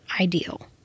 ideal